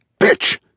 bitch